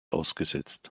ausgesetzt